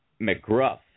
McGruff